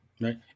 right